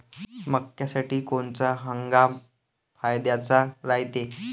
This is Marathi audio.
मक्क्यासाठी कोनचा हंगाम फायद्याचा रायते?